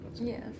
Yes